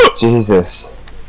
Jesus